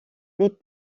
les